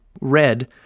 red